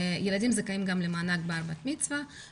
ילדים זכאים גם למענק בר מצווה או בת מצווה.